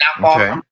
Okay